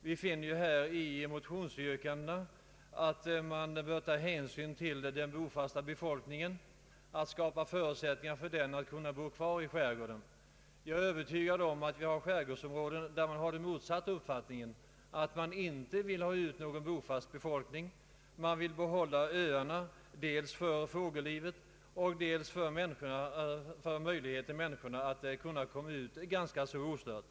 Det står i motionsyrkandena att man bör ta hänsyn till den bofasta befolkningen och skapa förutsättningar för den att bo kvar i skärgården. Jag är övertygad om att vi har skärgårdsområden där en motsatt uppfattning råder och man inte vill ha någon bofast befolkning. Man vill behålla öarna för fågellivet och ge möjligheter åt människorna att komma ut ganska ostört.